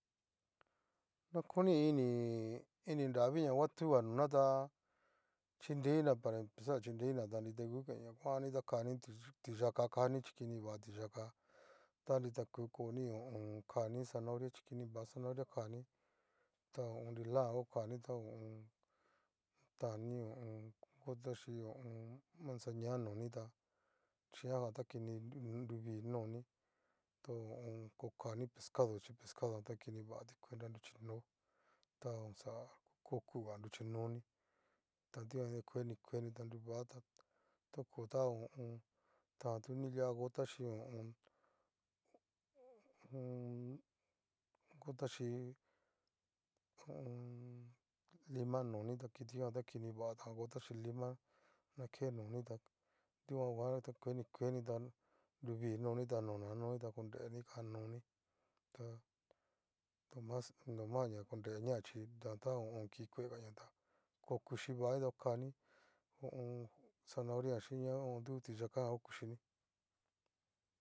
Ña koni iin nii iin ni nravi ña gua tuga nona tá chinreina para emprezar chinreina, ta ngu kain kuani ta kani ti'yáka kaani chíkiniva ti'yaka ta nrita ku koni ho o on. kani zanahoria chí kini va zanahoria kani ta nilajan okanita ho o on. tani ho o on. gota xhí ho o on. manzania noni tá xhíanjan ta kini nruvii noni tu ho o on. kokani pescado chi pescado ta kini vati cuenta nruchino ta oxa okuga ruchinoni ta dikuan nguan kueni kueni ta nruvata tokota ho o on. tan tuni lia gota shi ho o on. ho o on. gota chíi ho o on. lima noni ta kitijan ta kini va tán gota xhí lima na ke noni ta dikuan nguan ta kueni kueni ta nruvi noni tá nona noni ta konreni kakanoni ta nomas, nomas ña korenia xhí data ho o on. kikuegaña tá okuxhí va'ani ta okani ho o on. zanahoria jan xhíña ho o on. du ti'yakajan okuxini.